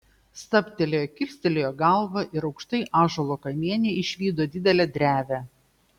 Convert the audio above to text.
stabtelėjo kilstelėjo galvą ir aukštai ąžuolo kamiene išvydo didelę drevę